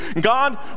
God